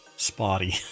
spotty